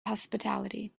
hospitality